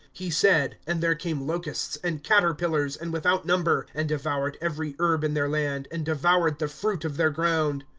he said, and there came locusts, and caterpillars, and without number and devoured every herb in their land, and devoured the fruit of their ground.